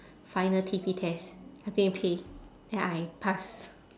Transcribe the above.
final T_P test I go and pay then I pass